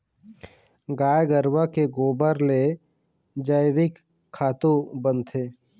गाय गरूवा के गोबर ले जइविक खातू बनथे